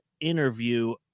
interview